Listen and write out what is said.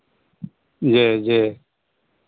जी जी